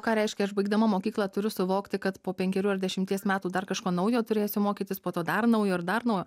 ką reiškia aš baigdama mokyklą turiu suvokti kad po penkerių ar dešimties metų dar kažko naujo turėsiu mokytis po to dar naujo ir dar naujo